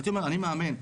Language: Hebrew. הייתי אומר, אני מאמן.